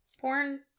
Porn